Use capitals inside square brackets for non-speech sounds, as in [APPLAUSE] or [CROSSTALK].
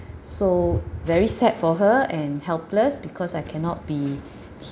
so very sad for her and helpless because I cannot be [BREATH]